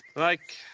like.